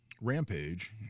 rampage